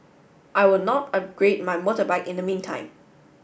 I will not upgrade my motorbike in the meantime